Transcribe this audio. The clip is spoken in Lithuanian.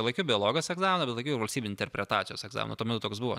laikiau biologijos egzaminą bet laikiau ir valstybinį interpretacijos egzaminą tuomet toks buvo